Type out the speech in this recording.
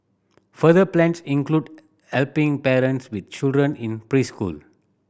further plans include helping parents with children in preschool